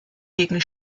wegen